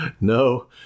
No